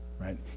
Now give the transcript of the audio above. right